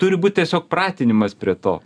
turi būt tiesiog pratinimas prie to